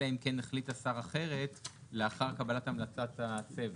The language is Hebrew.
אלא אם כן החליט השר אחרת לאחר קבלת המלצת הצוות,